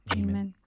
amen